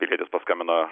pilietis paskambino